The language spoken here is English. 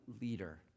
leader